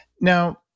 Now